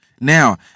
Now